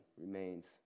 remains